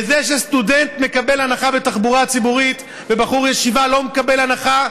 בזה שסטודנט מקבל הנחה בתחבורה ציבורית ובחור ישיבה לא מקבל הנחה,